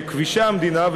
בכבישי המדינה,